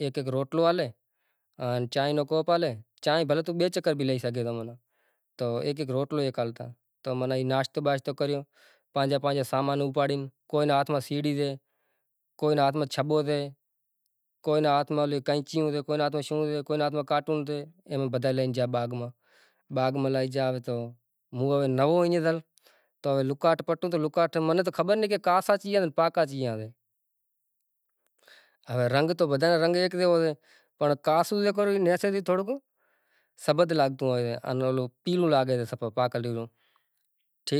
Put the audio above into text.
مطلب سامان تھے گیو، فوٹو تھے گیا ماتا را یا مورتیوں تھے گیوں یا منگل سوتر تھے گیا ایوی ایوی شیوں خریداری کرے وری کشمش تھے گئی یا کادھے نی شیوں تھے ریوں مطلب جے ناں سوٹھی سوٹھی لاگے ای لئی گاڈی ماتھے سڑاں وری واپسی آواسیاں صحیح اے اری ای تھائے مکمل شو راتری مطلب ایوو خوشی رو ڈینہں ہوئے مطلب آنپڑا ہندو برادری ہاروں مطلب